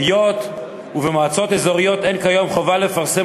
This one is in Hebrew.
היות שבמועצות אזוריות אין כיום חובה לפרסם